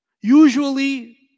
Usually